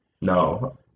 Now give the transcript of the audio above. No